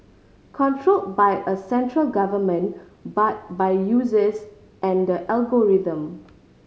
control by a central government but by users and algorithm